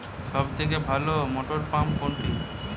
সবথেকে ভালো মটরপাম্প কোনটি?